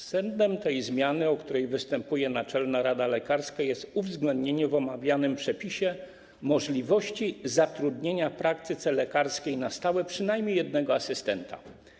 Sednem tej zmiany, o którą występuje Naczelna Rada Lekarska, jest uwzględnienie w omawianym przepisie możliwości zatrudnienia na stałe w praktyce lekarskiej przynajmniej jednego asystenta.